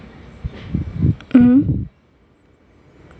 mmhmm